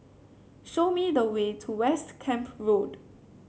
show me the way to West Camp Road